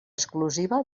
exclusiva